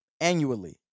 annually